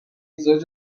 زوج